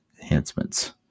enhancements